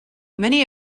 many